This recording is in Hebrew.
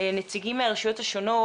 נציגים מהרשויות השונות.